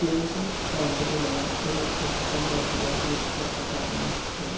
അത്യാവശ്യം സൗന്ദര്യമുള്ള ഒരു മുപ്പത്തഞ്ച് വയസ്സുള്ള ഒരു ചെറുപ്പക്കാരൻ ആണ് ഞാൻ